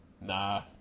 Nah